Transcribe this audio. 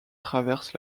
traverse